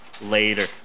later